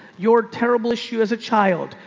your terrible issue as a child,